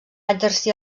exercir